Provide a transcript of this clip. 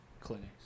clinics